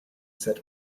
said